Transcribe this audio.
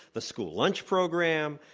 the school lunch program,